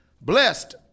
Blessed